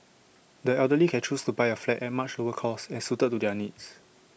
the elderly can choose to buy A flat at much lower cost and suited to their needs